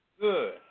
Good